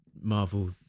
marvel